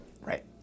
Right